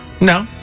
No